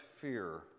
fear